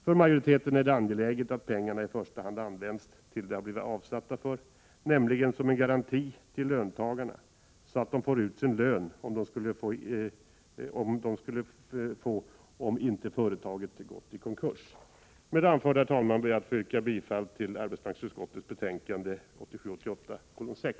För majoriteten är det angeläget att pengarna i första hand används för det som de är avsatta för, nämligen som en garanti till löntagarna att de får ut den lön som de skulle ha fått om företaget inte gått i konkurs. Med det anförda ber jag, herr talman, att få yrka bifall till hemställan i arbetsmarknadsutskottets betänkande 1987/88:6.